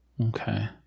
Okay